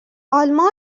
آلمان